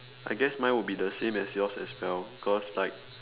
I guess mine would be the same as yours as well cause like